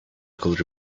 could